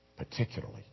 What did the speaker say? particularly